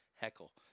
Heckle